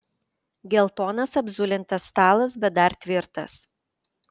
geltonas apzulintas stalas bet dar tvirtas